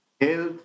Health